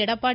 Edappadi